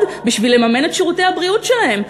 בשביל לממן את שירותי הבריאות שלהם.